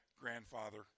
grandfather